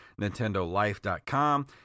nintendolife.com